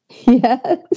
Yes